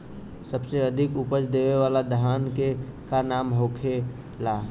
सबसे अधिक उपज देवे वाला धान के का नाम होखे ला?